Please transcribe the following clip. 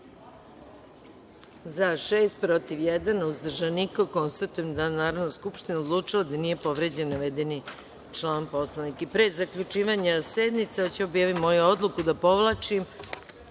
- šest, protiv - jedan, uzdržanih – nema. Konstatujem da je Narodna skupština odlučila da nije povređen navedeni član Poslovnika. Pre zaključivanja sednice hoću da objavim moju odluku da povlačim